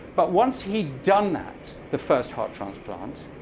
but once he'd done that, the first heart transplant,